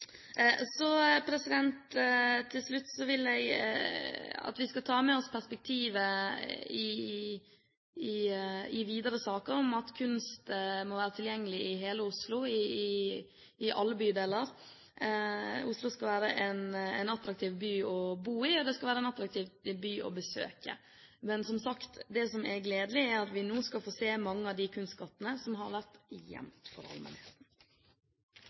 Så til slutt: Jeg vil at vi skal ta med oss det perspektivet i videre saker at kunst må være tilgjengelig i hele Oslo, i alle bydeler. Oslo skal være en attraktiv by å bo i, og det skal være en attraktiv by å besøke. Men, som sagt, det som er gledelig, er at vi nå skal få se mange av de kunstskattene som har vært gjemt for